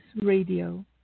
Radio